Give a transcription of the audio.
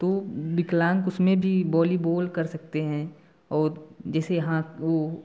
तो बिकलांग उसमें भी बॉलीबॉल कर सकते हैं और जैसे हाँ वो